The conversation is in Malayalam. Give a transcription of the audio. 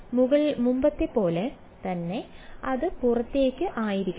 മുമ്പത്തെപ്പോലെ തന്നെ അത് പുറത്തേക്ക് ആയിരിക്കണം